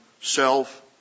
self